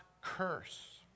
curse